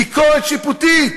ביקורת שיפוטית,